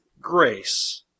grace